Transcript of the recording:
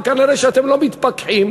וכנראה אתם לא מתפכחים.